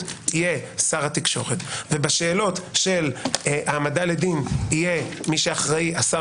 יהיה שר התקשורת ובשאלות של העמדה לדין יהיה מי שאחראי השר